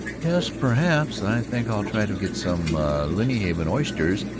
yes perhaps i think i'll try to get some lynnhaven oysters,